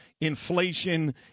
inflation